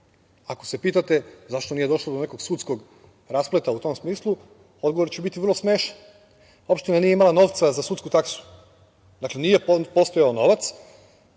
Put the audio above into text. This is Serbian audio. Ako se pitate zašto nije došlo do nekog sudskog raspleta u tom smislu, odgovor će biti vrlo smešan. Opština nije imala novca za sudsku taksu, dakle, nije postojao novac